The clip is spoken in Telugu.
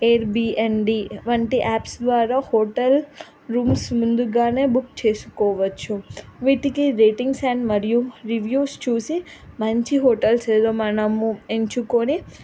ఎయిర్బిఎన్బీ వంటి యాప్స్ ద్వారా హోటల్ రూమ్స్ ముందుగానే బుక్ చేసుకోవచ్చు వీటికి రేటింగ్స్ అండ్ మరియు రివ్యూస్ చూసి మంచి హోటల్స్ ఏదో మనము ఎంచుకుని